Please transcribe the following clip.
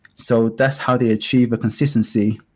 so that's how they achieve consistency.